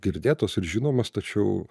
girdėtos ir žinomos tačiau